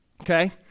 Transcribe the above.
Okay